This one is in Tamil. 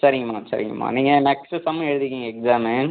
சரிங்கம்மா சரிங்கம்மா நீங்கள் நெக்ஸ்ட்டு செம்மு எழுதிக்கங்க எக்ஸாமு